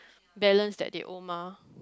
balance that they owe mah